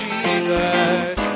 Jesus